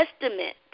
estimate